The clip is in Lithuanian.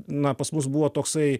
na pas mus buvo toksai